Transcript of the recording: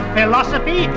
Philosophy